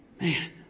Man